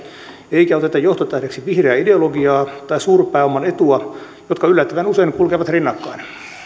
eikä oteta johtotähdeksi vihreää ideologiaa tai suurpääoman etua jotka yllättävän usein kulkevat rinnakkain